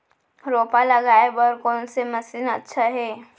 रोपा लगाय बर कोन से मशीन अच्छा हे?